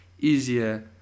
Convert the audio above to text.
easier